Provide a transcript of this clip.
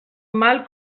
mal